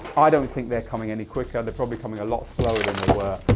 i don't think they're coming any quicker, they're probably coming a lot slower than they were.